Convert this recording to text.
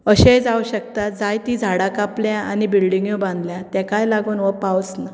अशेंय जावंक शकता जायतीं झाडां कापल्या आनी बिल्डिंग्यो बांदल्या तेकाय लागोन वो पावस ना